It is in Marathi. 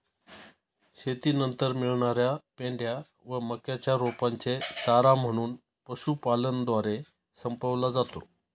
शेतीनंतर मिळणार्या पेंढ्या व मक्याच्या रोपांचे चारा म्हणून पशुपालनद्वारे संपवला जातो